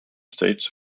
states